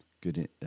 good